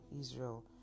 israel